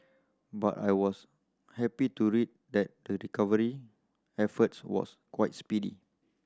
but I was happy to read that the recovery efforts was quite speedy